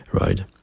right